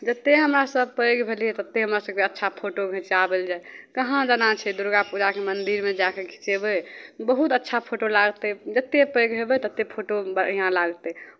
जतेक हमरा सभ पैघ भेलियै ततेक हमरा सभके अच्छा फोटो घिचाओल जाय कहाँ जाना छै दुर्गा पूजाके मन्दिरमे जा कऽ खिँचयबै बहुत अच्छा फोटो लागतै जतेक पैघ हेबै ततेक फोटो बढ़िआँ लागतै